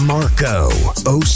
Marco